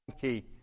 key